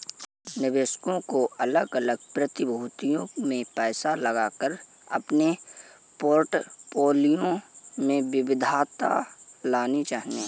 निवेशकों को अलग अलग प्रतिभूतियों में पैसा लगाकर अपने पोर्टफोलियो में विविधता लानी चाहिए